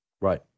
right